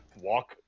Walk